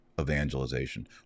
evangelization